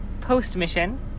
post-mission